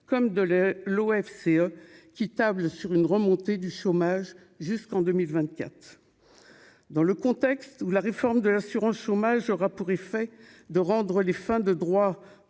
comme de lait l'OFCE qui tablent sur une remontée du chômage jusqu'en 2000 vingt-quatre dans le contexte où la réforme de l'assurance chômage aura pour effet de rendre les fins de droits,